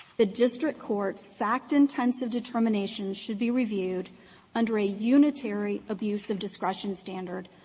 the district court's fact-intensive determination should be reviewed under a unitary abuse-of-discretion standard,